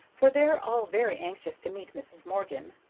for they're all very anxious to meet mrs. morgan.